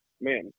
man